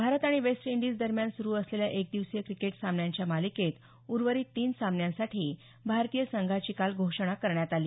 भारत आणि West Indies दरम्यान सुरू असलेल्या एकदिवसीय क्रिकेट सामन्यांच्या मालिकेत उर्वरित तीन सामन्यांसाठी भारतीय संघांची काल घोषणा करण्यात आली